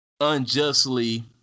unjustly